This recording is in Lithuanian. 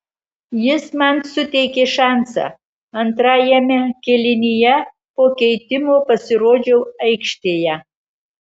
jis man suteikė šansą antrajame kėlinyje po keitimo pasirodžiau aikštėje